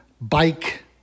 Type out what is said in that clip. bike